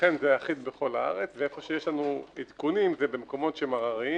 ולכן זה אחיד בכל הארץ ואיפה שיש לנו עדכונים זה במקומות הרריים